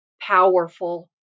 powerful